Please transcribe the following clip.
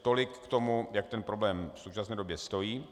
Tolik k tomu, jak ten problém v současné době stojí.